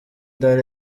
dar